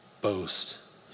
boast